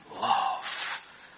love